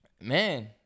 man